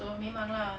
memang lah